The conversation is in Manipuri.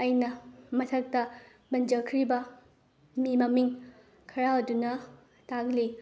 ꯑꯩꯅ ꯃꯊꯛꯇ ꯄꯟꯖꯈ꯭ꯔꯤꯕ ꯃꯤ ꯃꯃꯤꯡ ꯈꯔ ꯑꯗꯨꯅ ꯇꯥꯛꯂꯤ